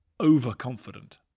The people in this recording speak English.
overconfident